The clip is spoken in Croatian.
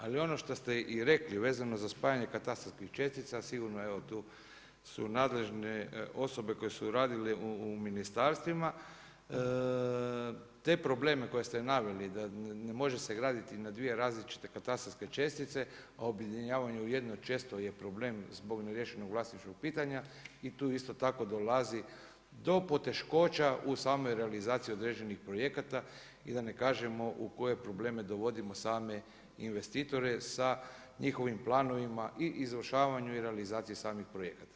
Ali ono što ste i rekli vezano za spajanje katastarskih čestica, sigurno evo tu su nadležne osobe koje su radile u ministarstvima, te probleme koje ste naveli da ne može se graditi na dvije različite katastarske čestice, a objedinjavanje u jednu često je problem zbog neriješenog vlasničkog pitanja i tu isto tako dolazi do poteškoća u samoj realizaciji određenih projekata i da ne kažemo u koje probleme dovodimo same investitore sa njihovim planovima i izvršavanju i realizaciji samih projekata.